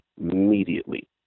immediately